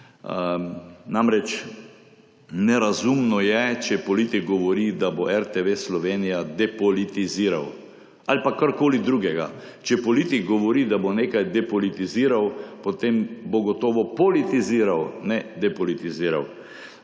Namreč, nerazumno je, če politik govori, da bo RTV Slovenija depolitiziral ali pa karkoli drugega. Če politik govori, da bo nekaj depolitiziral, potem bo gotovo politiziral, ne depolitiziral.